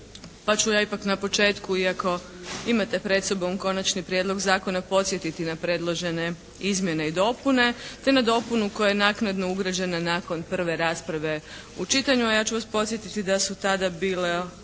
pa ću ja na početku iako imate pred sobom konačni prijedlog zakona, podsjetiti na predložene izmjene i dopune, te na dopunu koja je naknadno ugrađena nakon prve rasprave u čitanju. A ja ću vas podsjetiti da su tada bila